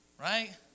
right